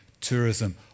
tourism